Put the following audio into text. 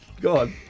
God